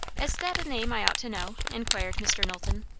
is that a name i ought to know? inquired mr. knowlton.